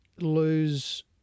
lose